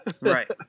Right